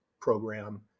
program